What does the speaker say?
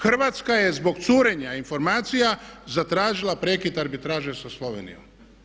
Hrvatska je zbog curenja informacija zatražila prekid arbitraže sa Slovenijom.